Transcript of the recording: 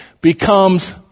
becomes